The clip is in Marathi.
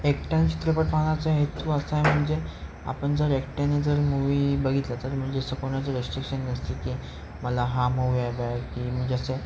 एकट्याने चित्रपट पाहण्याचं हेतू असा आहे म्हणजे आपण जर एकट्याने जर मूवी बघितलं तर म्हणजे असं कोणाचं रेस्ट्रिक्शन नसते की मला हा मूवी आहे बाय की मग असं